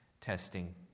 testing